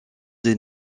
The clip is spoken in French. des